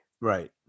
right